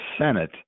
Senate